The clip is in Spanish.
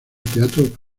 teatro